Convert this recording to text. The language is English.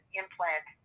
implant